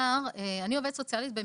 אני עובדת סוציאלית במקצועי.